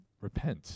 repent